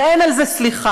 ואין על זה סליחה,